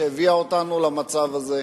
מה הביא אותנו למצב הזה,